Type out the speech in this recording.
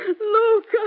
Luca